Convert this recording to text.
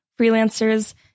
freelancers